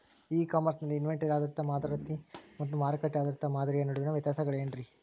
E commerce ನಲ್ಲಿ inventory ಆಧಾರಿತ ಮಾದರಿ ಮತ್ತ ಮಾರುಕಟ್ಟೆ ಆಧಾರಿತ ಮಾದರಿಯ ನಡುವಿನ ವ್ಯತ್ಯಾಸಗಳೇನ ರೇ?